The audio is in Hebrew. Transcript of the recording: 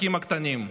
לעסקים הקטנים,